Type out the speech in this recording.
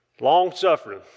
Long-suffering